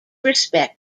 respect